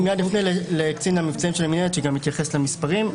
מיד נפנה לקצין המבצעים שגם יתייחס למספרים.